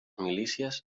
milícies